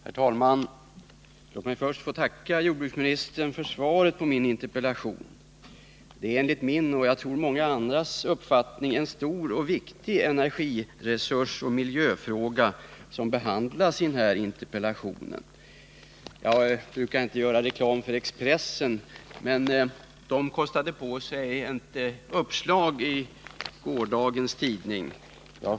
Herr talman! Låt mig först få tacka jordbruksministern för svaret på min interpellation. Det är enligt min och, tror jag, många andras uppfattning en stor och viktig energi-, resursoch miljöfråga som behandlas i interpellationen. Jag brukar inte göra reklam för Expressen, men man kostade på sig ett uppslag i den här frågan i gårdagens tidning.